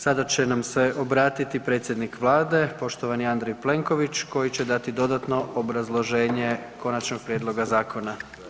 Sada će nam se obratiti predsjednik Vlade, poštovani Andrej Plenković koji će dati dodatno obrazloženje končanog prijedloga zakona.